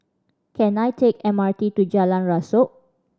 can I take M R T to Jalan Rasok